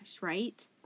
right